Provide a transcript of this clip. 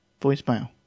Voicemail